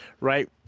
right